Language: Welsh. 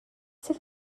sydd